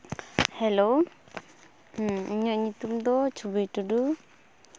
hello ᱤᱧᱟᱹᱜ ᱧᱩᱛᱩᱢ ᱫᱚ ᱪᱷᱚᱵᱤ ᱴᱩᱰᱩ